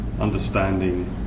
understanding